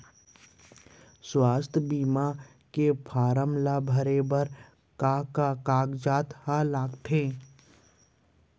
स्वास्थ्य बीमा के फॉर्म ल भरे बर का का कागजात ह लगथे?